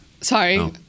Sorry